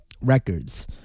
records